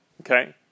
okay